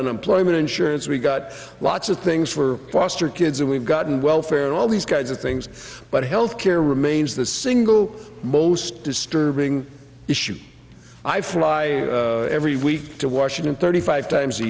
unemployment insurance we got lots of things for foster kids and we've gotten welfare and all these kinds of things but health care remains the single most disturbing issue i fly every week to washington thirty five times a